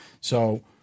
So-